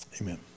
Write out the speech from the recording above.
Amen